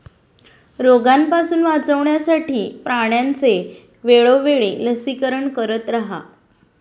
रोगापासून वाचवण्यासाठी प्राण्यांचे वेळोवेळी लसीकरण करत रहा